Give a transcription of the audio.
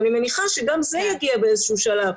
אני מניחה שגם זה יגיע באיזשהו שלב.